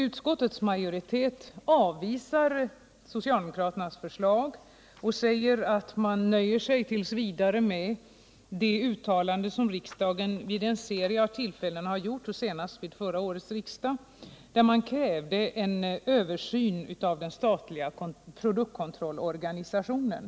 Utskottets majoritet avvisar socialdemokraternas förslag och tillägger att man t. v. nöjer sig med det uttalande som riksdagen vid en serie tillfällen har gjort — senast vid förra årets riksmöte — och där riksdagen krävt en översyn av den statliga produktkontrollorganisationen.